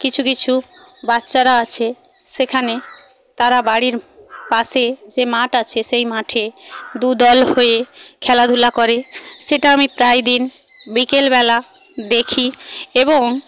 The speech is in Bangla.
কিছু কিছু বাচ্চারা আসে সেখানে তারা বাড়ির পাশে যে মাঠ আছে সেই মাঠে দু দল হয়ে খেলাধূলা করে সেটা আমি প্রায় দিন বিকেলবেলা দেখি এবং